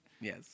Yes